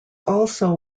also